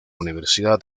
universidad